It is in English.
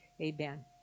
Amen